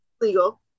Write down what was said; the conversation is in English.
legal